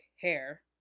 hair